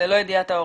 ללא ידיעת ההורים.